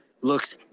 looks